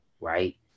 right